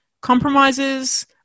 compromises